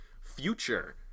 Future